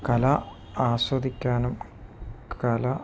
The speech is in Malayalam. കല ആസ്വദിക്കാനും കല